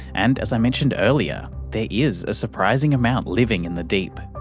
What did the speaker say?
and, as i mentioned earlier, there is a surprising amount living in the deep.